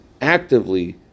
actively